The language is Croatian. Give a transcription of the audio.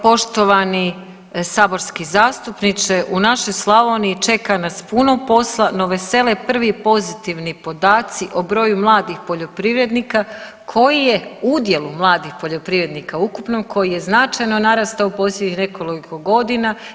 Poštovani saborski zastupniče u našoj Slavoniji čeka nas puno posla, no vesele prvi pozitivni podaci o broju mladih poljoprivrednika koji je udjel mladih poljoprivrednika ukupno koji je ukupno narastao u posljednjih nekoliko godina.